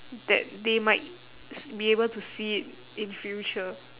that they might be able to see it in future